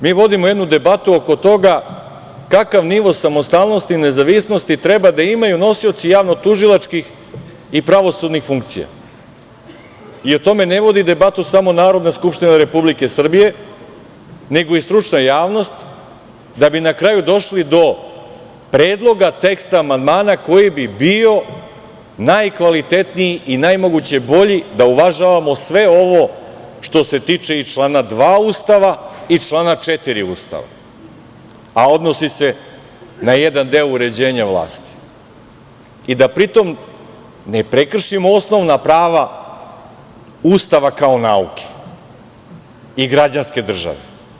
Mi vodimo jednu debatu oko toga kakav nivo samostalnosti, nezavisnosti treba da imaju nosioci javnotužilačkih i pravosudnih funkcija i o tome ne vodi debatu samo Narodna skupština Republike Srbije, nego i stručna javnost da bi na kraju došli do predloga teksta amandmana koji bi bio najkvalitetniji i najmoguće bolji da uvažavamo sve ovo, što se tiče i člana 2. Ustava i člana 4. Ustava, a odnosi se na jedan deo uređenja vlasti i da pri tom ne prekršimo osnovna prava Ustava kao nauke i građanske države.